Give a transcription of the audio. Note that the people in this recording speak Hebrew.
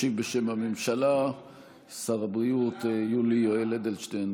ישיב בשם הממשלה שר הבריאות יולי יואל אדלשטיין,